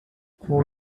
who